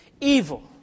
Evil